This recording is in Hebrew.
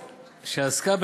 שעסקה,